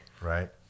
Right